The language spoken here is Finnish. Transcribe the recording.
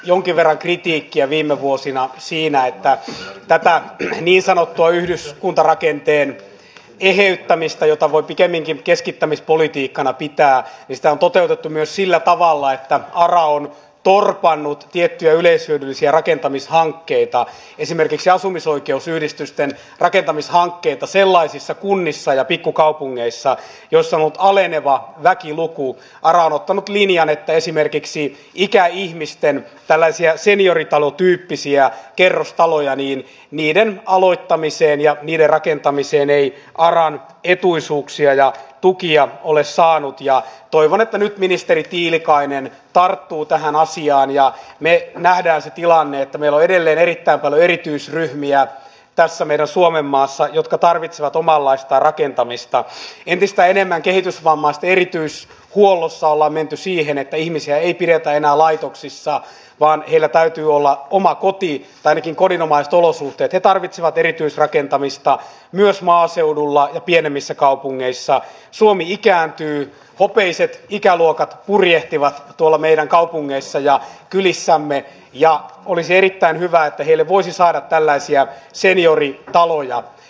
jonkin verran kritiikkiä viime vuosina siinä että tätä niin sanottua yhdyskuntarakenteen eheyttämistä jota voi pikemminkin keskittämispolitiikkana pitää niistä on toteutettu myös sillä tavalla että araun turvannut tiettyä yleishyödyllisiä rakentamishankkeita esimerkiksi asumisoikeusyhdistysten rakentamishankkeita sellaisissa kunnissa ja pikkukaupungeissa joissa on aleneva väkiluku karauttanut linjan että esimerkiksi ikäihmisten pälä ja senioritalotyyppisia kerrostaloja niin niiden aloittamiseen ja niiden rakentamiseen ei aran etuisuuksia ja tukia oli saanut ja toivon että nyt ministeri tiilikainen tarttuu tähän asiaan ja mies nähdään se tilanne että mielo edelleen eri tavoin erityisryhmiä päässä meidän suomenmaassa jotka tarvitsevat omanlaistaan rakentamista entistä enemmän kehitysvammaisten erityishuollossa ollaan menty siihen että ihmisiä ei pidä aina laitoksissa vaan heillä täytyy olla oma koti ainakin kodinomaistulos tekee tarvitsevat erityisrakentamista myös maaseudulla ja pienimmissä kaupungeissa suomi ikääntyy hopeiset ikäluokat purjehtivat tuolla meidän kaupungeissa ja kylissämme ja olisi erittäin hyvä kieli voisi saada tällaisia senioritaloja